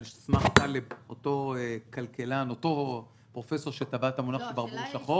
על סמך דבריו של אותו פרופסור שטבע את המונח: ברבור שחור -- לא,